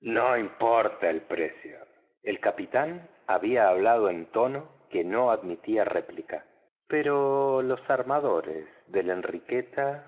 no importa el precio el capitán había hablado en un tono que no admitía réplica pero los armadores de la enriqueta